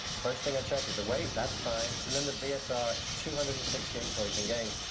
first thing i check is the weight, that's fine, and then the bsr is two hundred and sixteen toys and games,